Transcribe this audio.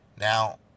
Now